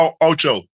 Ocho